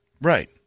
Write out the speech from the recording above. Right